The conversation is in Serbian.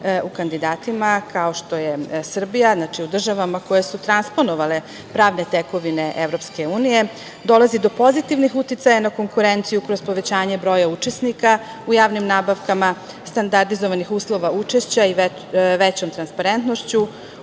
u kandidatima, kao što je Srbija, znači, u državama koje su transponovale pravne tekovine EU, dolazi do pozitivnih uticaja na konkurenciju kroz povećanje broja učesnika u javnim nabavkama, standardizovanih uslova učešća i većom transparentnošću.